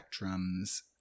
spectrums